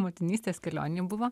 motinystės kelionėj buvo